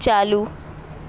چالو